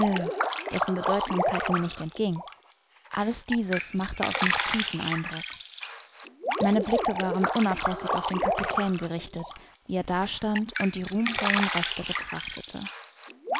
dessen bedeutsamkeit mir nicht entging alles dieses machte auf mich tiefen eindruck meine blicke waren unablässig auf den kapitän gerichtet wie er dastand und die ruhmvollen reste betrachtete